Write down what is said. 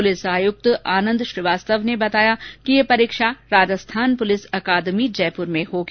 police आयुक्त आनन्द श्रीवास्तव ने बताया कि यह परीक्षा राजस्थान पुलिस अकादमी जयपुर में होगी